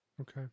Okay